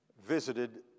visited